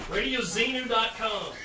RadioZenu.com